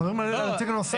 אנחנו מדברים על הנציג הנוסף.